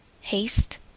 haste